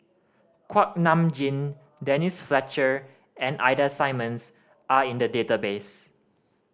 Kuak Nam Jin Denise Fletcher and Ida Simmons are in the database